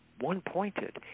One-pointed